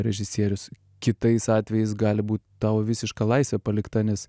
režisierius kitais atvejais gali būt tau visiška laisvė palikta nes